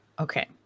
Okay